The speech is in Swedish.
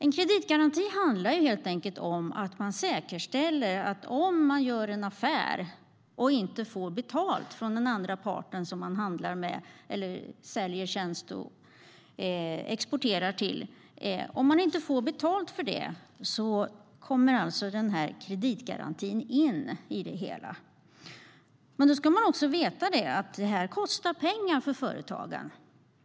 En kreditgaranti handlar helt enkelt om att säkerställa vad som händer om man gör en affär och inte får betalt från den part som man handlar med, säljer tjänster till eller exporterar till. Då kommer kreditgarantin in i det hela. Då ska man också veta att det här kostar pengar för företagen.